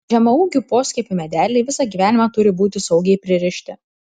žemaūgių poskiepių medeliai visą gyvenimą turi būti saugiai pririšti